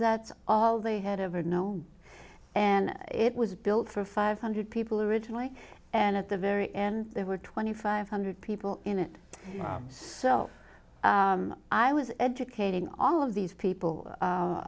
that's all they had ever known and it was built for five hundred people originally and at the very end there were twenty five hundred people in it so i was educating all of these people